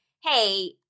Hey